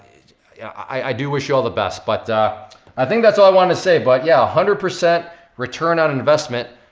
yeah i do wish you all the best. but i think that's all i wanted to say. but yeah, one hundred percent return on investment,